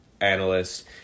analyst